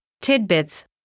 tidbits